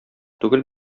түгел